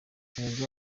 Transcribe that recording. erega